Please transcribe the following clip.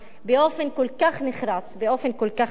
באופן כל כך נחרץ, כל כך אלים.